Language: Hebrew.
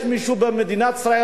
שיש מישהו במדינת ישראל,